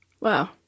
Wow